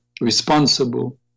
responsible